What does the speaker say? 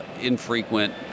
infrequent